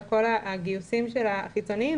על כל הגיוסים החיצוניים,